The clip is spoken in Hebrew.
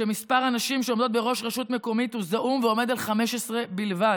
ומספר הנשים שעומדות בראש רשות מקומית הוא זעום ועומד על 15 בלבד.